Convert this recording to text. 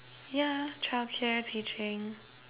yeah childcare teaching